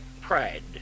pride